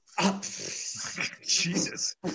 Jesus